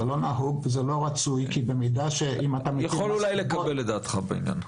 זה לא נהוג ולא רצוי כי במידה --- אני יכול לקבל את דעתך בעניין.